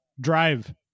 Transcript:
drive